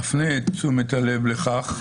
אני אפנה את תשומת הלב לכך,